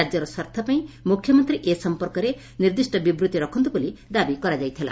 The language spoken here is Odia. ରାକ୍ୟର ସ୍ୱାର୍ଥ ପାଇଁ ମୁଖ୍ୟମନ୍ତୀ ଏ ସମ୍ମର୍କରେ ନିର୍ଦ୍ଦିଷ୍ ବିବୃତି ରଖନ୍ତୁ ବୋଲି ଦାବି କରାଯାଇଥିଲା